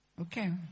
Okay